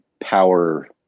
power